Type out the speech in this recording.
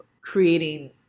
creating